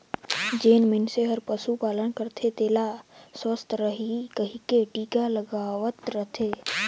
जेन मइनसे हर पसु पालन करथे तेला सुवस्थ रहें कहिके टिका लगवावत रथे